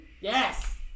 Yes